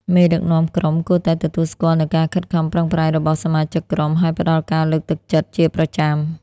មេដឹកនាំក្រុមគួរតែទទួលស្គាល់នូវការខិតខំប្រឹងប្រែងរបស់សមាជិកក្រុម ហើយផ្ដល់ការលើកទឹកចិត្តជាប្រចាំ។